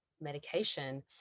medication